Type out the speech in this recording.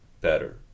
better